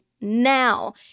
now